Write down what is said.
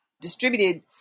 distributed